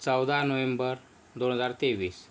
चौदा नोव्हेंबर दोन हजार तेवीस